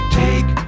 take